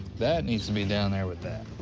that needs to be down there with that.